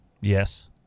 Yes